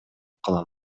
кылам